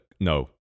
no